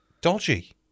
dodgy